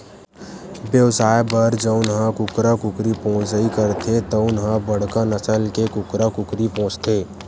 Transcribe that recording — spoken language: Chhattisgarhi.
बेवसाय बर जउन ह कुकरा कुकरी पोसइ करथे तउन ह बड़का नसल के कुकरा कुकरी पोसथे